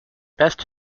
best